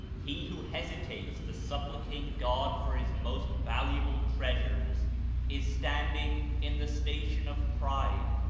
he who hesitates to supplicate god for his most valuable treasures is standing in the station of pride,